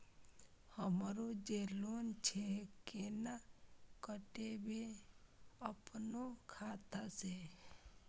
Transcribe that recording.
हमरो जे लोन छे केना कटेबे अपनो खाता से?